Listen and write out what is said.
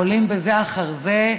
עולים בזה אחר זה